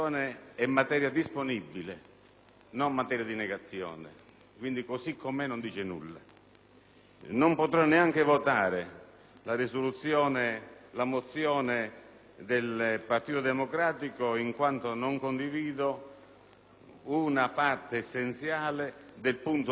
non potrò neanche votare la mozione del Partito Democratico in quanto non condivido una parte essenziale del punto 11) della mozione stessa. Per il motivo precedentemente